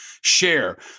share